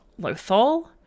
Lothal